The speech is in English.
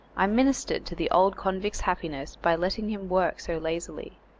i ministered to the old convict's happiness by letting him work so lazily,